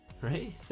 Right